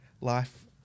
Life